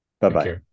Bye-bye